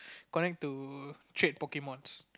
connect to trade pokemons